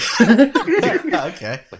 Okay